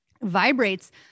vibrates